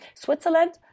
Switzerland